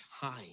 time